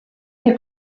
der